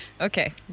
Okay